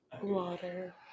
Water